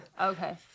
Okay